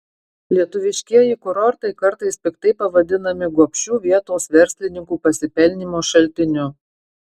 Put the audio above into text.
lietuviškieji kurortai kartais piktai pavadinami gobšių vietos verslininkų pasipelnymo šaltiniu